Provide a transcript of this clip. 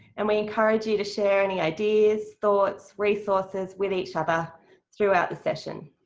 and we encourage you to share any ideas, thoughts, resources with each other throughout the session.